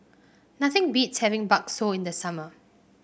nothing beats having bakso in the summer